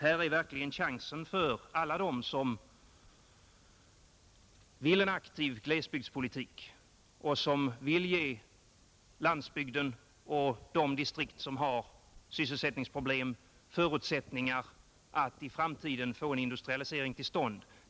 Här Nr 74 finns verkligen en möjlighet för alla dem som vill ha en aktiv Fredagen den glesbygdspolitik och som vill ge landsbygden och de distrikt som har 30 april 1971 sysselsättningsproblem förutsättningar att i framtiden få en industriadlisee ——— ring till stånd.